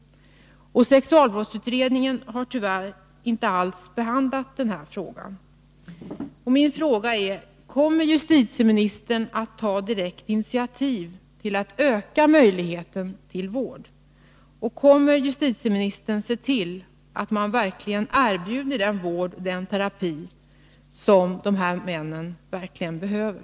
Sexualbrottsutredningen har tyvärr inte alls behandlat denna fråga. terapi för män som har dömts för våldtäkt initiativ till att öka möjligheten till vård? Kommer justitieministern att se till att man verkligen erbjuder den vård och den terapi som dessa män faktiskt behöver?